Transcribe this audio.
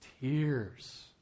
tears